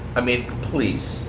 i mean, please.